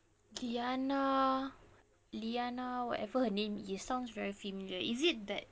liyana liyana whatever her name is sounds very familiar is it that